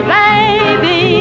baby